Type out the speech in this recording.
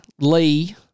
Lee